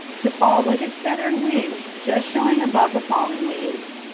to fall with its feathered wings just showing above the fallen leaves.